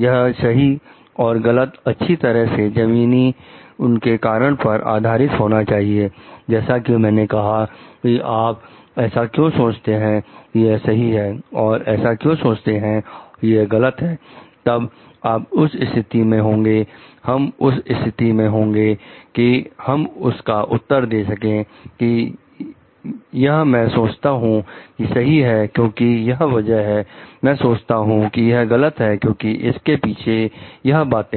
यह सही और गलत अच्छी तरह से जमीनी उनके कारणों पर आधारित होना चाहिए जैसा कि मैंने कहा कि आप ऐसा क्यों सोचते हैं कि यह सही है और ऐसा क्यों सोचते हैं कि यह गलत है तब आप उस स्थिति में होंगे हम उस स्थिति में होंगे कि हम इसका उत्तर दे सकें कि यह मैं सोचता हूं कि सही है क्योंकि यह वजह है मैं सोचता हूं कि यह गलत है क्योंकि इसके पीछे यह बातें हैं